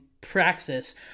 praxis